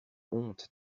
honte